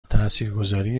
تاثیرگذاری